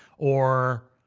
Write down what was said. or,